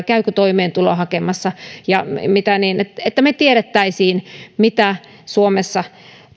käykö toimeentuloa hakemassa ja että että me tietäisimme mitä suomessa